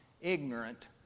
ignorant